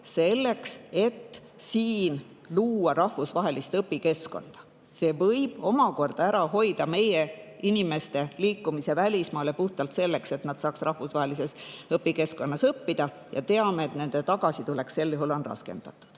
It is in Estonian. selleks, et luua siin rahvusvaheline õpikeskkond. See võib omakorda ära hoida meie inimeste liikumise välismaale puhtalt selleks, et nad saaksid rahvusvahelises õpikeskkonnas õppida. Ja me teame, et nende tagasitulek sel juhul on raskendatud.